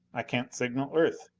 i can't signal earth!